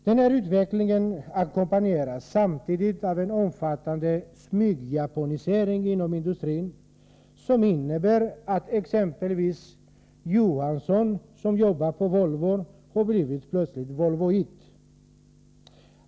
Den här utvecklingen ackompanjeras samtidigt av en omfattande smygjapanisering inom industrin som innebär att exempelvis Johansson som jobbar på Volvo plötsligt har blivit volvoit.